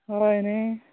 हय न्हय